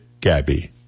Gabby